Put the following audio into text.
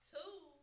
Two